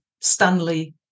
Stanley